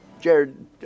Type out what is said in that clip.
Jared